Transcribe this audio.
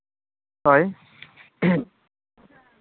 ᱦᱳᱭ ᱦᱮᱸ